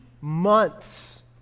months